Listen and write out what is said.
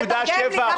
תאמיני לי,